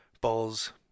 balls